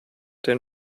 den